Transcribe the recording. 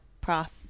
prof